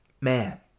man